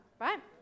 right